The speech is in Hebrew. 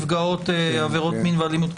"עדות קרימינולוג